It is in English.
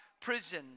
prison